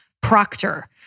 Proctor